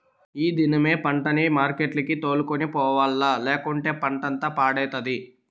ఈ దినమే పంటని మార్కెట్లకి తోలుకొని పోవాల్ల, లేకంటే పంటంతా పాడైతది